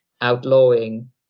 outlawing